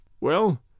Well